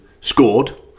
scored